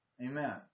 Amen